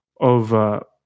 over